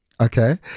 Okay